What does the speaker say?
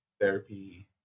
therapy